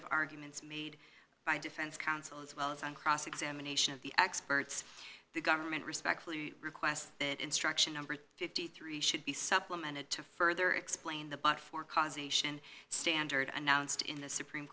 of arguments made by defense counsel as well as on cross examination of the experts the government respectfully request that instruction number fifty three should be supplemented to further explain the but for causing standard announced in the supreme